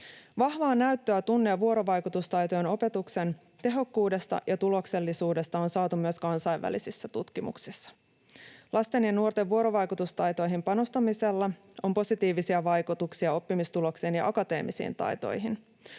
Vahvaa näyttöä tunne‑ ja vuorovaikutustaitojen opetuksen tehokkuudesta ja tuloksellisuudesta on saatu myös kansainvälisissä tutkimuksissa. Lasten ja nuorten vuorovaikutustaitoihin panostamisella on positiivisia vaikutuksia oppimistuloksiin ja akateemisiin taitoihin.